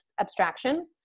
abstraction